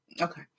Okay